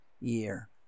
year